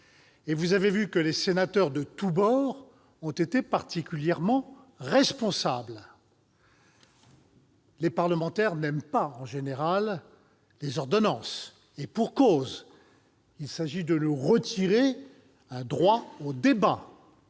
pu constater que les sénateurs de tous bords se sont montrés particulièrement responsables. Les parlementaires n'aiment pas, en général, les ordonnances. Et pour cause : il s'agit de leur retirer un droit au débat.